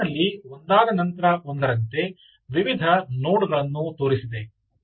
ಸ್ಲೈಡಿನಲ್ಲಿ ಒಂದಾದನಂತರ ಒಂದರಂತೆ ವಿವಿಧ ನೋಡ್ ಗಳನ್ನು ತೋರಿಸಿದೆ